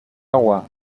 agua